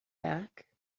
back